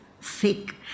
sick